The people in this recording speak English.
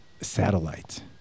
Satellite